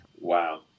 Wow